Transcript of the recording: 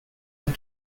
and